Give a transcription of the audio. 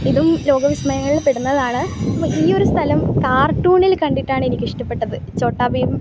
ഇതും ലോക വിസ്മയങ്ങളിൽപ്പെടുന്നതാണ് ഈ ഒരു സ്ഥലം കാർട്ടൂണിൽ കണ്ടിട്ടാണ് എനിക്കിഷ്ടപ്പെട്ടത് ചോട്ടാഭീം